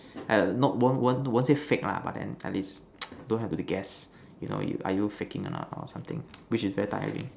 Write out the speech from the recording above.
err not won't won't won't say fake lah but then I least don't have to guess you know you are you faking or not or something which is very tiring